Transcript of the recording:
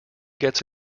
gets